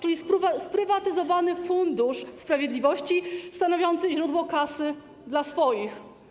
Tu jest sprywatyzowany Fundusz Sprawiedliwości stanowiący źródło kasy dla swoich.